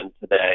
today